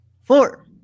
four